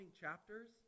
chapters